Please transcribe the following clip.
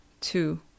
two